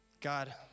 God